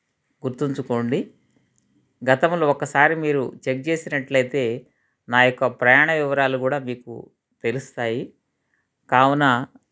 గుర్తుంచుకోండి గతములో ఒకసారి మీరు చెక్ చేసినట్లయితే నా యొక్క ప్రయాణ వివరాలు కూడా మీకు తెలుస్తాయి కావున